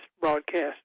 broadcast